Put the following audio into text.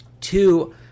Two